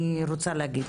אני רוצה להגיד,